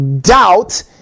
doubt